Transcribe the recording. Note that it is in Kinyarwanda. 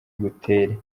butere